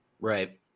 Right